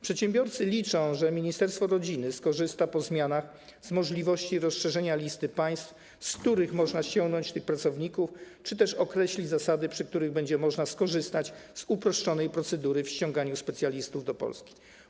Przedsiębiorcy liczą na to, że ministerstwo rodziny skorzysta po zmianach z możliwości rozszerzenia listy państw, z których można ściągnąć tych pracowników, czy też określi zasady, dzięki którym będzie można skorzystać z uproszczonej procedury przy ściąganiu specjalistów do Polski.